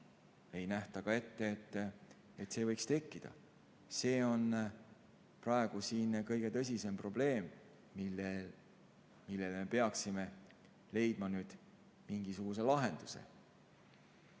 ei nähta ka ette, et see võiks tekkida. See on praegu siin kõige tõsisem probleem, millele me peaksime leidma mingisuguse lahenduse.